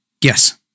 Yes